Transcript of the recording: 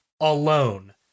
alone